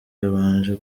yabanje